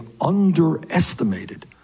underestimated